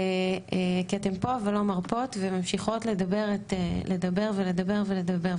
כי אתן פה ולא מרפות וממשיכות לדבר ולדבר ולדבר,